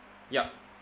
yup